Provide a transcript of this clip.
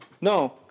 No